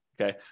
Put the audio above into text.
Okay